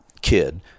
kid